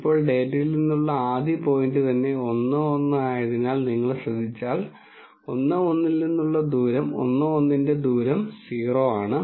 ഇപ്പോൾ ഡാറ്റയിൽ നിന്നുള്ള ആദ്യ പോയിന്റ് തന്നെ 1 1 ആയതിനാൽ നിങ്ങൾ ശ്രദ്ധിച്ചാൽ 1 1 ൽ നിന്നുള്ള 1 1 ന്റെ ദൂരം 0 ആണ്